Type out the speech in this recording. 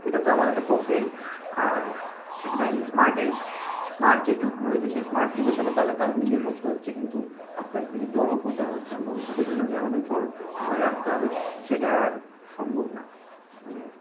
এটা তো আমাদের একটা প্রসেস আর একটা এই স্মার্টে স্মার্ট যে যুগ রয়েছে সেই স্মার্ট যুগের সাথে তালে তাল মিলিয়ে করতে হচ্ছে কিন্তু আস্তে আস্তে যে জল অপচয় হচ্ছে ভবিষ্যতের জন্য যে আমাদের জল ধরে রাখতে হবে সেটা আর সম্ভব না মানে